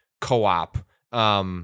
Co-op